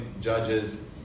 judges